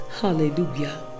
Hallelujah